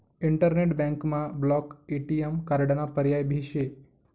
internet बँकमा block ATM कार्डाना पर्याय भी शे